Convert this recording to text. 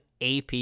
AP